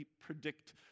predict